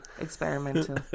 Experimental